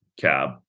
cab